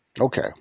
Okay